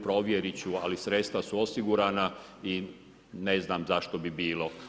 Provjeriti ću ali sredstva su osigurana i ne znam zašto bi bilo.